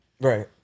Right